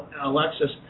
Alexis